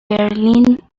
برلین